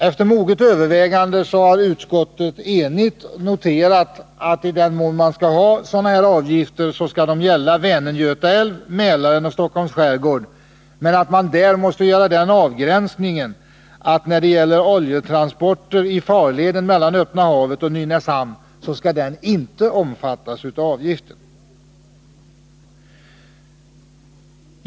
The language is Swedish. Efter moget övervägande har utskottet enigt noterat att i den mån man skall ha sådana här avgifter, så skall de gälla Vänern-Göta älv, Mälaren och Stockholms skärgård. Man måste emellertid göra den avgränsningen att oljetransporter i farleden mellan öppna havet och Nynäshamn inte omfattas av avgiften.